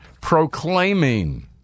proclaiming